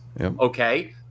okay